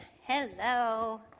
Hello